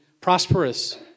prosperous